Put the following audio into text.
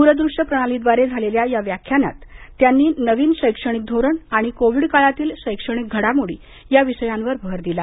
दूरदृश्य प्रणालीद्वारे झालेल्या या व्याख्यानात त्यांनी नवीन शैक्षणिक धोरण आणि कोविड काळातील शैक्षणिक घडामोडी या विषयांवर भर दिला